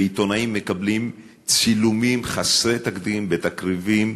ועיתונאים מקבלים, צילומים חסרי תקדים בתקריבים.